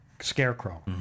scarecrow